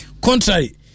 Contrary